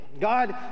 God